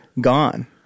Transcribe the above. gone